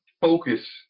focus